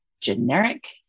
generic